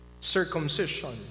circumcision